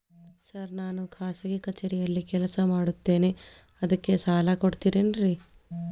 Sir ನಾನು ಖಾಸಗಿ ಕಚೇರಿಯಲ್ಲಿ ಕೆಲಸ ಮಾಡುತ್ತೇನೆ ಅದಕ್ಕೆ ಸಾಲ ಕೊಡ್ತೇರೇನ್ರಿ?